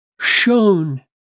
shown